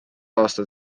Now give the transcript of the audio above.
aasta